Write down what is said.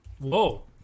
Whoa